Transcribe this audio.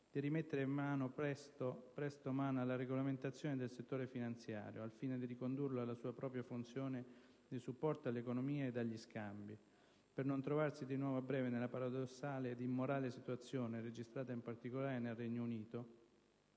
rimettere presto mano alla regolamentazione del settore finanziario, al fine di ricondurlo alla sua propria funzione di supporto all'economia e agli scambi, per non trovarsi di nuovo a breve nella paradossale ed immorale situazione - registrata in particolare nel Regno Unito